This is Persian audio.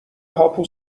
هاپو